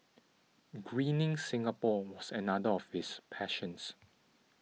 greening Singapore was another of his passions